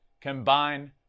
combine